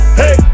hey